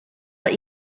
that